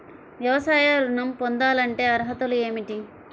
వ్యవసాయ ఋణం పొందాలంటే అర్హతలు ఏమిటి?